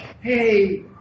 hey